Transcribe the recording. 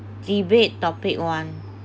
debate topic one